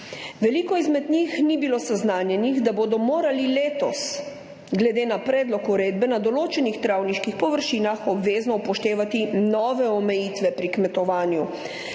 Veliko jih ni bilo seznanjenih, da bodo morali letos glede na predlog uredbe na določenih travniških površinah obvezno upoštevati nove omejitve pri kmetovanju.